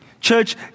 Church